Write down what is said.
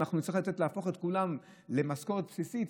ואם אנחנו נצטרך להפוך את כולם למשכורת בסיסית,